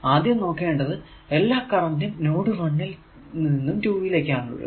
ആദ്യം നോക്കേണ്ടത് എല്ലാ കറന്റും നോഡ് 1 ൽ നിന്നും 2 ലേക്കാണ് ഒഴുകുക